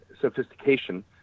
sophistication